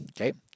Okay